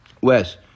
Wes